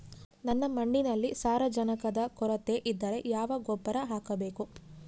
ನನ್ನ ಮಣ್ಣಿನಲ್ಲಿ ಸಾರಜನಕದ ಕೊರತೆ ಇದ್ದರೆ ಯಾವ ಗೊಬ್ಬರ ಹಾಕಬೇಕು?